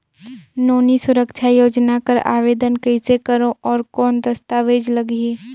नोनी सुरक्षा योजना कर आवेदन कइसे करो? और कौन दस्तावेज लगही?